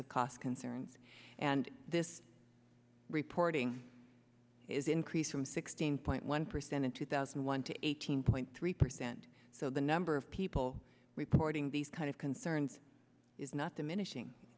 of cost concerns and this reporting is increased from sixteen point one percent in two thousand and one to eighteen point three percent so the number of people reporting these kind of concerns is not diminishing